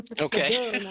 Okay